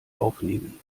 aufnehmen